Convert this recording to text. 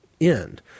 end